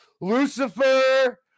Lucifer